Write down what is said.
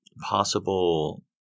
possible